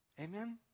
Amen